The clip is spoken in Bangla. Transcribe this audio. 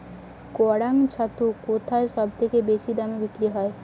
কাড়াং ছাতু কোথায় সবথেকে বেশি দামে বিক্রি হয়?